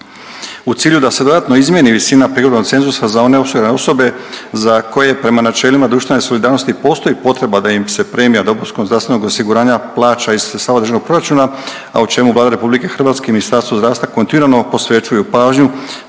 U cilju da se dodatno izmijeni visina prihodovnog cenzusa za one osigurane osobe za koje prema načelima društvene solidarnosti postoji potreba da im se premija dopunskog zdravstvenog osiguranja plaća iz sredstava državnog proračuna, a o čemu Vlada RH i Ministarstvo zdravstva kontinuirano posvećuju pažnju